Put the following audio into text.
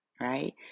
right